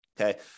okay